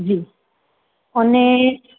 હં અને